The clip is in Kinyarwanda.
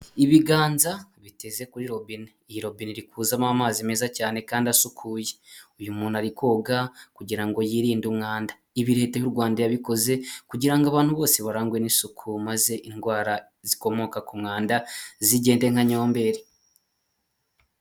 Ibiganza biteze kuri robine, iyi robine iri kuzamo amazi meza cyane kandi asukuye, uyu muntu ari koga kugira ngo yirinde umwanda, ibi leta y'u rwanda yabikoze kugira ngo abantu bose barangwe n'isuku maze indwara zikomoka ku mwanda zigende nka nyomberi.